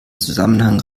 zusammenhang